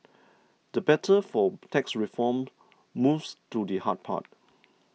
the battle for tax reform moves to the hard part